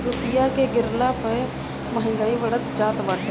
रूपया के गिरला पअ महंगाई बढ़त जात बाटे